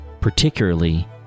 particularly